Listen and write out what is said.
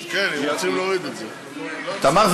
תמר,